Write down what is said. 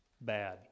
bad